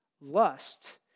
lust